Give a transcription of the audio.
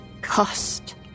Cost